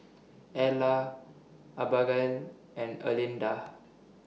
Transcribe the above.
Ellar Abagail and Erlinda